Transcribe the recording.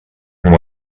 and